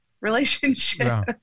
relationship